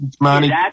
money